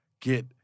get –